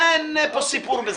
אין פה סיפור בזה.